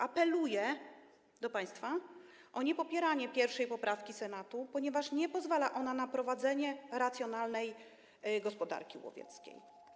Apeluję do państwa o niepopieranie 1. poprawki Senatu, ponieważ nie pozwala ona na prowadzenie racjonalnej gospodarki łowieckiej.